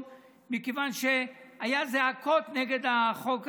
מכיוון שהיו זעקות נגד החוק הזה.